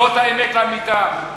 זאת האמת לאמיתה.